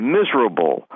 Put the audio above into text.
miserable